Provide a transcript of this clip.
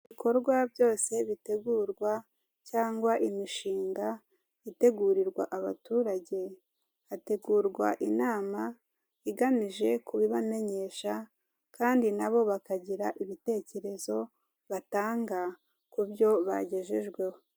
Ibikorwa byose bitegurwa cyangwa imishinga itegurirwa abaturage, hategurwa inama igamije kubibamenyesha, kandi nabo bakagira ibitekerezo batanga ku byo bagejejweho.